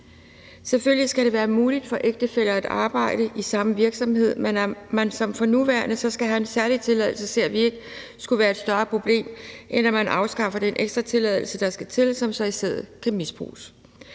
Selvfølgelig skal det være muligt for ægtefæller at arbejde i samme virksomhed, men at man, som det er tilfældet for nuværende, skal have en særlig tilladelse, ser vi ikke skulle være et større problem, end at man afskaffer den ekstra tilladelse, der skal til, som så i stedet kan misbruges.